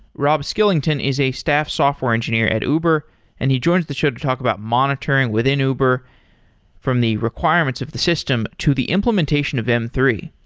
rob skillington is a staff software engineer at uber and he joins the show to talk about monitoring within uber from the requirements of the system to the implementation of m three.